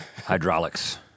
Hydraulics